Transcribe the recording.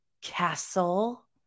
castle